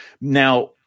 Now